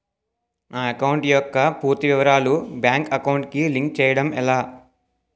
నా అకౌంట్ యెక్క పూర్తి వివరాలు బ్యాంక్ అకౌంట్ కి లింక్ చేయడం ఎలా?